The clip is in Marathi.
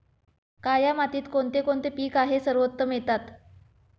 काया मातीत कोणते कोणते पीक आहे सर्वोत्तम येतात?